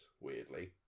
Weirdly